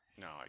No